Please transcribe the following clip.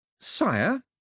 Sire